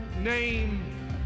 name